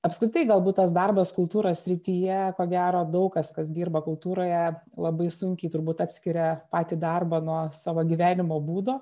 apskritai galbūt tas darbas kultūros srityje ko gero daug kas kas dirba kultūroje labai sunkiai turbūt atskiria patį darbą nuo savo gyvenimo būdo